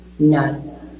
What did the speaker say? No